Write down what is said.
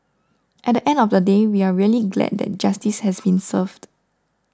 at the end of the day we are really glad that justice has been served